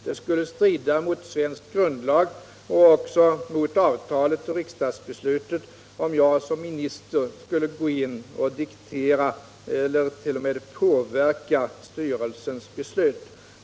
Det skulle strida mot svensk grundlag, mot avtalet och mot riksdagsbeslutet om jag som minister skulle gå in och diktera eller alls påverka styrelsens beslut.